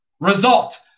Result